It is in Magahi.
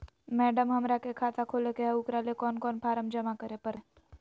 मैडम, हमरा के खाता खोले के है उकरा ले कौन कौन फारम जमा करे परते?